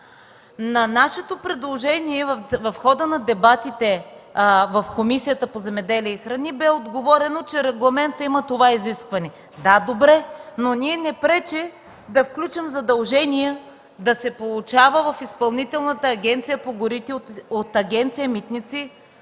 На нашето предложение, в хода на дебатите в Комисията по земеделието и храните, бе отговорено, че регламентът има това изискване. Да, добре, но не пречи ние да включим задължение да се получава в Изпълнителната агенция по горите от Агенция „Митници”